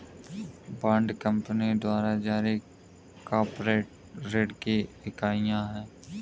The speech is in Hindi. बॉन्ड कंपनी द्वारा जारी कॉर्पोरेट ऋण की इकाइयां हैं